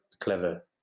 clever